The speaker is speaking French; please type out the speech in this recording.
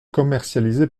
commercialisé